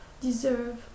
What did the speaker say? deserve